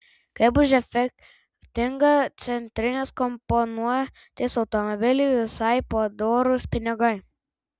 kaip už efektingą centrinės komponuotės automobilį visai padorūs pinigai